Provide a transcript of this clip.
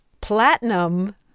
platinum